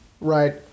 right